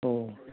औ